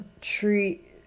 treat